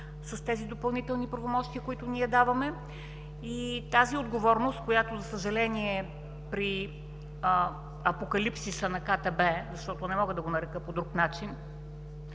с тези допълнителни правомощия, които ние даваме. Тази отговорност, която, за съжаление, при апокалипсиса на КТБ, защото не мога да го нарека по друг начин,